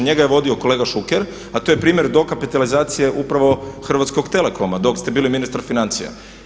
Njega je vodio kolega Šuker a to je primjer dokapitalizacije upravo Hrvatskog telekoma dok ste bili ministar financija.